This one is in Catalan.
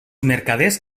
mercaders